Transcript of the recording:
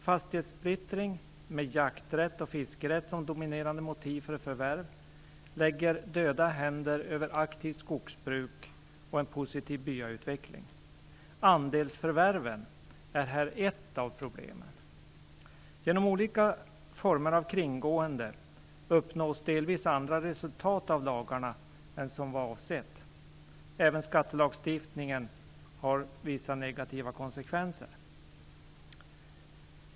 Fastighetssplittring, med jakträtt och fiskerätt som dominerande motiv för förvärv, lägger döda händer över skogsbruk och positiv byautveckling. Andelsförvärven är här ett av problemen. Genom olika former av kringgående uppnås delvis andra resultat av lagarna än vad som var avsett. Även skattelagstiftningen har vissa negativa konsekvenser.